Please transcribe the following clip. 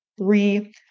three